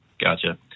Gotcha